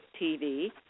TV